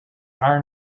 are